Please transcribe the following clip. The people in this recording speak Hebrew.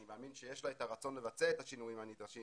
אני מאמין שיש לה את הרצון לבצע את השינויים הנדרשים